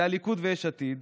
זה הליכוד ויש עתיד,